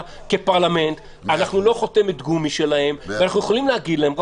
אנחנו אחרי עשרות ישיבות ושיחות.